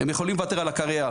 הם יכולים לוותר על הקריירה.